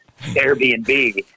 Airbnb